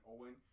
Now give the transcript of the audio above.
Owen